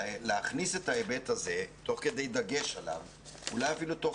להכניס את ההיבט הזה תוך כדי דגש עליו ואולי אפילו תוך